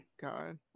god